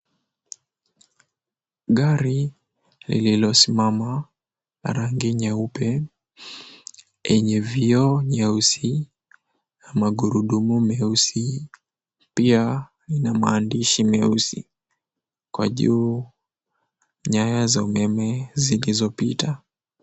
Gari lililosimama la rangi nyeupe yenye vioo nyeusi, magurudumu meusi pia ina maandishi meusi, kwa juu nyaya za umeme zilizopita.